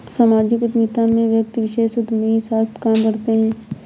सामाजिक उद्यमिता में व्यक्ति विशेष उदयमी साथ काम करते हैं